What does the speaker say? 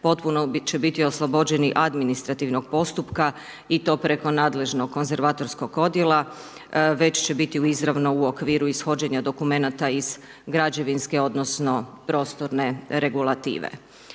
potpuno će biti oslobođeni administrativnog postupka i to preko nadležnog konzervatorskog odjela, već će biti izravno u okviru ishođenja dokumenata iz građevinske, odnosno prostorne regulative.